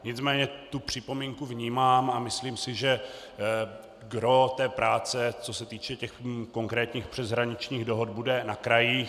Nicméně tu připomínku vnímám a myslím si, že gros té práce, co se týče těch konkrétních přeshraničních dohod, bude na krajích.